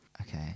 Okay